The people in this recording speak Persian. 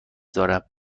دارم